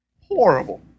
horrible